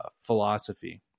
philosophy